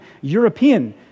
European